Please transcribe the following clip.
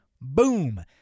Boom